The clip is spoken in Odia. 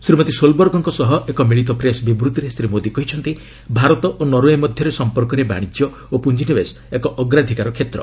ଶ୍ରୀମତୀ ସୋଲବର୍ଗଙ୍କ ସହ ଏକ ମିଳିତ ପ୍ରେସ୍ ବିବୃଭିରେ ଶ୍ରୀ ମୋଦି କହିଛନ୍ତି ଭାରତ ଓ ନରଓ୍ବେ ମଧ୍ୟରେ ସମ୍ପର୍କରେ ବାଣିଜ୍ୟ ଓ ପୁଞ୍ଜିନିବେଶ ଏକ ଅଗ୍ରାଧିକାର କ୍ଷେତ୍ର